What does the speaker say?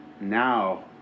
now